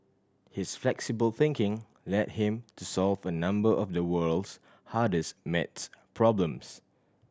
his flexible thinking led him to solve a number of the world's hardest maths problems